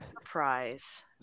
surprise